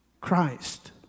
Christ